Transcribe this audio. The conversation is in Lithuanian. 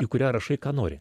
į kurią rašai ką nori